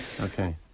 Okay